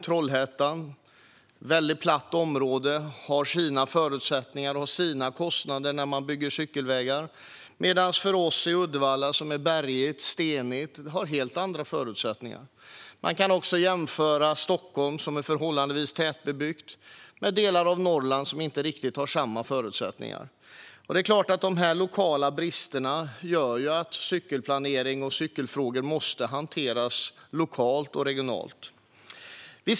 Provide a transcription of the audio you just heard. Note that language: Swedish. Trollhättan som ligger på ett platt område har sina förutsättningar och sina kostnader när man bygger cykelvägar. I Uddevalla är det bergigt och stenigt, och där har man helt andra förutsättningar. Man kan också jämföra Stockholm, som är förhållandevis tätbebyggt, med delar av Norrland som inte har samma förutsättningar. Det är klart att lokala brister gör att cykelbaneplanering och cykelfrågor måste hanteras lokalt och regionalt.